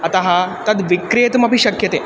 अतः तद्विक्रेतुमपि शक्यते